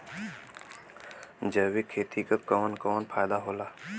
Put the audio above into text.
जैविक खेती क कवन कवन फायदा होला?